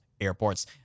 airports